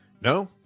no